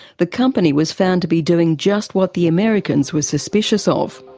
the company was found to be doing just what the americans were suspicious of.